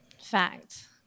Fact